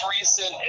recent